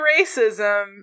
racism